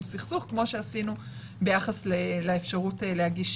סכסוך כמו שעשינו ביחס לאפשרות להגיש